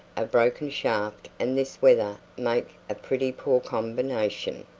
a broken shaft and this weather make a pretty poor combination.